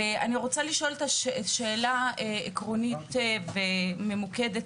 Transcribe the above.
ואני רוצה לשאול שאלה עקרונית וממוקדת